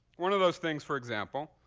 one of those things, for example,